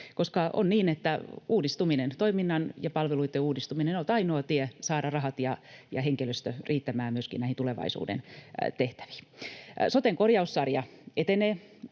koska on niin, että uudistuminen, toiminnan ja palveluiden uudistuminen, on ainoa tie saada rahat ja henkilöstö riittämään myöskin näihin lähitulevaisuuden tehtäviin. Soten korjaussarja etenee.